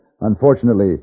Unfortunately